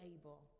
able